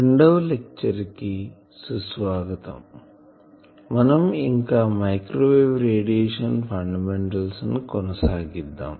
రెండవ లెక్చర్ కి స్వాగతం మనంఇంకా మైక్రోవేవ్ రేడియేషన్ ఫండమెంటల్స్ నికొనసాగిద్దాం